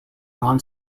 non